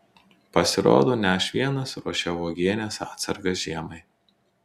pasirodo ne aš vienas ruošiau uogienės atsargas žiemai